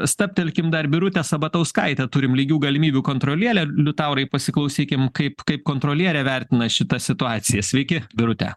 stabtelkim dar birutė sabatauskaitė turime lygių galimybių kontrolierę liutaurai pasiklausykim kaip kaip kontrolierė vertina šitą situaciją sveiki birute